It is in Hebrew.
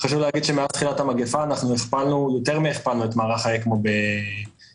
מאז תחילת המגפה יותר מהכפלנו את מערך האקמו בישראל,